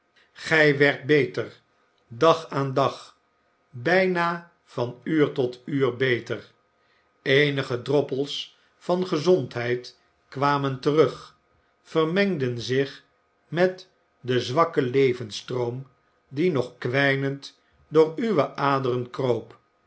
gij werdt beter dag aan dag bijna van uur tot uur beter eenige droppe s van gezondheid kwamen terug vermengden zich met den zwakken levensstroom die nog kwijnend door uwe aderen kroop